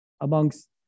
amongst